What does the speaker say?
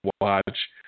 watch